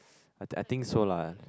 I think I think so lah